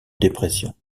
dépression